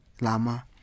lama